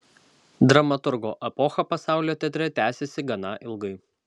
dramaturgo epocha pasaulio teatre tęsėsi gana ilgai